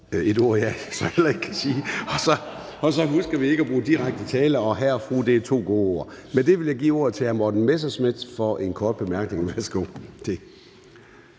et ord, som jeg så heller ikke kan sige. Og vi husker ikke at bruge direkte tiltale, og at hr. og fru er to gode ord. Med det vil jeg give ordet til hr. Morten Messerschmidt for en kort bemærkning. Værsgo.